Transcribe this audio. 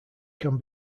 can